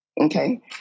okay